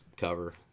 cover